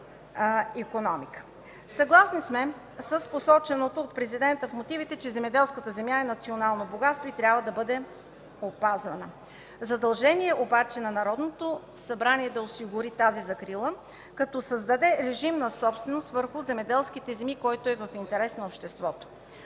Съгласни сме с посоченото от Президента в мотивите, че земеделската земя е национално богатство и трябва да бъде опазвана. Задължение обаче на Народното събрание е да осигури тази закрила, като създаде режим на собственост върху земеделските земи, който е в интерес на обществото.